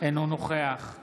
נגד